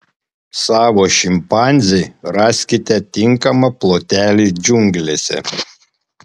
savo šimpanzei raskite tinkamą plotelį džiunglėse